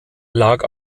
lag